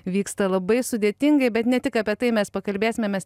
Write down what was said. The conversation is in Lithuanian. vyksta labai sudėtingai bet ne tik apie tai mes pakalbėsime mes